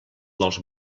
dels